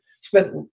spent